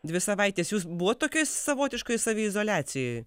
dvi savaitės jūs buvot tokioj savotiškoj saviizoliacijoj